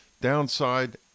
Downside